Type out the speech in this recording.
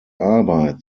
arbeit